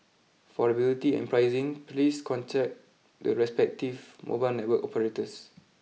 for availability and pricing please contact the respective mobile network operators